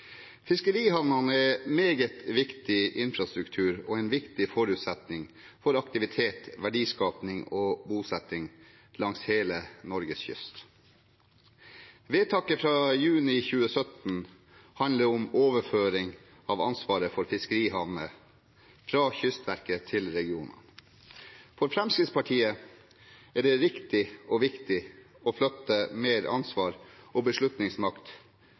Fiskerihavnene er meget viktig infrastruktur og en viktig forutsetning for aktivitet, verdiskaping og bosetning langs hele Norges kyst. Vedtaket fra juni 2017 handler om overføring av ansvaret for fiskerihavner fra Kystverket til regionene. For Fremskrittspartiet er det riktig og viktig å flytte mer ansvar og beslutningsmakt